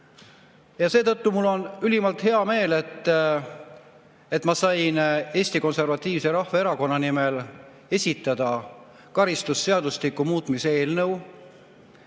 seetõttu mul on ülimalt hea meel, et ma sain Eesti Konservatiivse Rahvaerakonna nimel esitada karistusseadustiku muutmise eelnõu,